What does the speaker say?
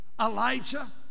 Elijah